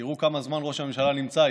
תראו כמה זמן ראש הממשלה נמצא,